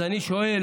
אז אני שואל: